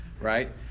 Right